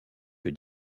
que